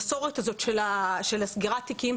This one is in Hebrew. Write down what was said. קצב איטי בחשיפה,